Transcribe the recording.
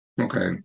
Okay